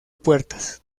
puertas